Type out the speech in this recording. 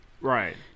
Right